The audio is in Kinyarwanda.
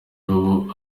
ubu